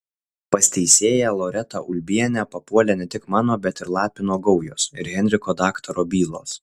pas teisėją loretą ulbienę papuolė ne tik mano bet ir lapino gaujos ir henriko daktaro bylos